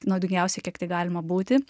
naudingiausią kiek tik galima būti